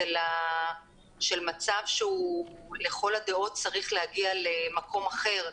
אלא של מצב שהוא לכל הדעות צריך להגיע למקום אחר,